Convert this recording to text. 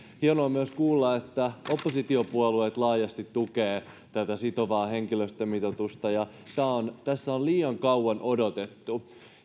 hienoa myös kuulla että oppositiopuolueet laajasti tukevat tätä sitovaa henkilöstömitoitusta tässä on liian kauan odotettu